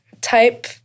type